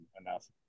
enough